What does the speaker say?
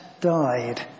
died